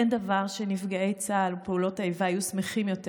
אין דבר שנפגעי צה"ל ופעולות האיבה היו שמחים יותר